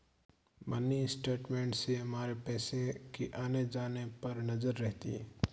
mini statement से हमारे पैसो के आने जाने पर नजर रहती है